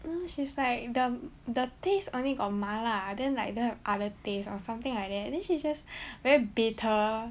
um she's like the the taste only got 麻辣 then like don't have other taste or something like that then she just very bitter